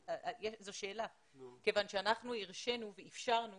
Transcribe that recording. כיוון שאנחנו הרשינו ואפשרנו